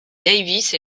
davies